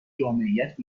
جامعیت